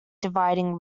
dividing